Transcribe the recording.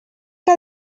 que